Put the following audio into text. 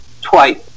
twice